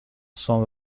cent